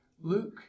Luke